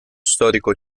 storico